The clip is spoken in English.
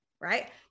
right